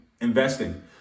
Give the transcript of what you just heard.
investing